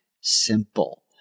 simple